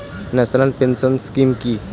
National pension scheme কি?